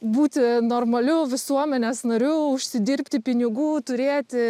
būti normaliu visuomenės nariu užsidirbti pinigų turėti